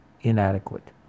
inadequate